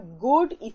good